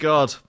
God